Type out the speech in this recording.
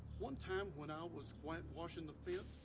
one time when i was whitewashing the fence